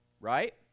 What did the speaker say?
right